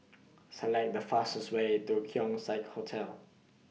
Select The fastest Way to Keong Saik Hotel